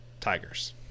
Tigers